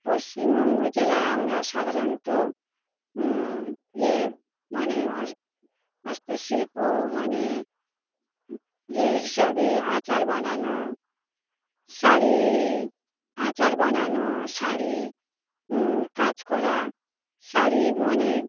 পশ্চিমবঙ্গ জেলায় আমরা সাধারণত ইয়ে মানে হস্তশিল্প মানে ইয়ে হিসাবে আচার বানানো শাড়ি আচার বানানো শাড়ি কাজ করা শাড়ি মানে